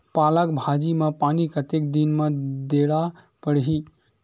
पालक भाजी म पानी कतेक दिन म देला पढ़ही?